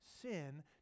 sin